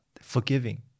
Forgiving